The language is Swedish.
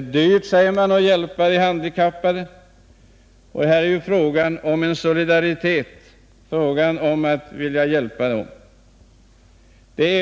dyrt att hjälpa de handikappade. Men här är det fråga om solidaritet, fråga om att verkligen vilja hjälpa dessa människor.